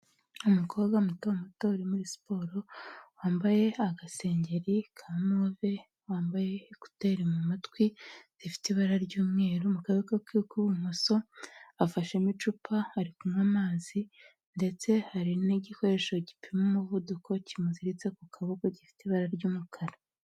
Umukobwa muto muto uri muri siporo, wambaye agasengeri ka move, wambaye ekuteri mu matwi zifite ibara ry'umweru, mu kaboko ke k'ibumoso afashemo icupa, ari kunywa amazi ndetse hari n'igikoresho gipima umuvuduko kimuziritse ku kaboko gifite ibara ry'umukara.